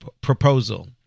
proposal